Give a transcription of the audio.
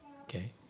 okay